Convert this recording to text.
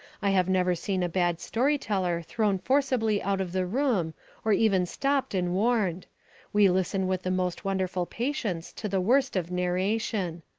i have never seen a bad story-teller thrown forcibly out of the room or even stopped and warned we listen with the most wonderful patience to the worst of narration.